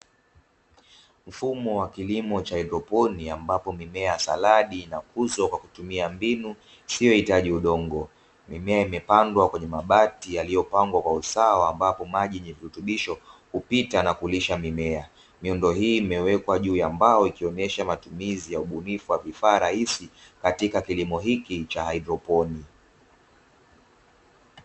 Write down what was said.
Mfumo wa kilimo cha haidroponi ambapo mimea ya saladi inakuzwa kwa kutumia mbinu isiyohitaji udongo. Mimea imepandwa kwenye mabati yaliyopangwa kwa usawa ambapo maji yenye virutubisho hupita na kulisha mimea, miundo hii imewekwa juu ya mbao ikionesha matumizi ya ubunifu wa vifaa rahisi katika kilimo hiki cha haidroponi.